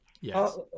Yes